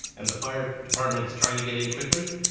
and the fire department is trying to get in quickly,